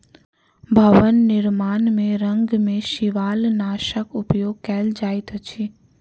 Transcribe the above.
भवन निर्माण में रंग में शिवालनाशक उपयोग कयल जाइत अछि